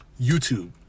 youtube